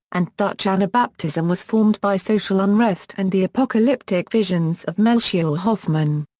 and dutch anabaptism was formed by social unrest and the apocalyptic visions of melchior hoffman.